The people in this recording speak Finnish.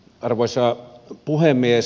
arvoisa puhemies